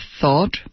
thought